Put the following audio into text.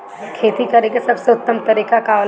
खेती करे के सबसे उत्तम तरीका का होला बताई?